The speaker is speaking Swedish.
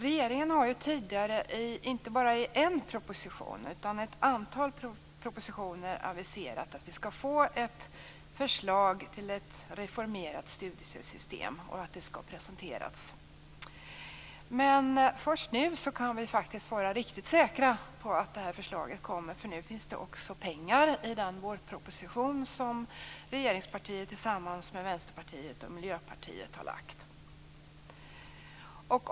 Regeringen har tidigare, inte bara i en proposition utan i ett antal propositioner, aviserat att vi skall få ett förslag till ett reformerat studiestödssystem presenterat. Men först nu kan vi vara riktigt säkra på att förslaget skall läggas fram. Nu finns det pengar i den vårproposition som regeringspartiet tillsammans med Vänsterpartiet och Miljöpartiet har lagt fram.